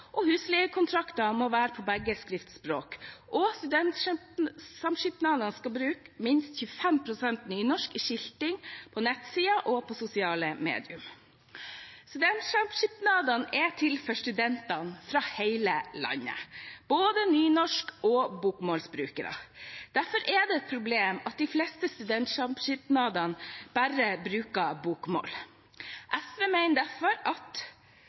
husleiekontrakter må være på begge skriftspråk, og at studentsamskipnadene må bruke minst 25 pst. nynorsk i skilting, på nettsiden og på sosiale medier. Studentsamskipnadene er til for studenter fra hele landet, både nynorsk- og bokmålsbrukere. Derfor er det et problem at de fleste studentsamskipnadene bare bruker bokmål. SV mener derfor at